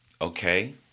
Okay